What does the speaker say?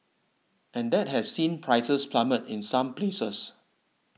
and that has seen prices plummet in some places